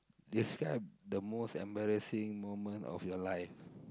describe the most embarrassing moment of your life